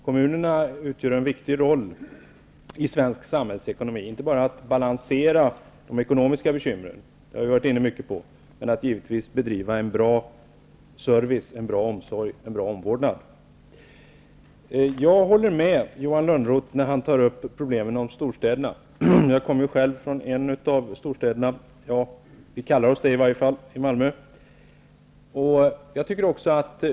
Kommunerna spelar en viktig roll i svensk samhällsekonomi. Det gäller då inte bara att balansera de ekonomiska bekymren -- något som vi varit inne mycket på -- utan också, givetvis, att ge bra service, omsorg och omvårdnad. Jag håller med Johan Lönnroth när det gäller det som han säger om problemen med storstäderna. Själv kommer jag från en av landets storstäder -- i varje fall kallar vi i Malmö vår stad för storstad.